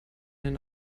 den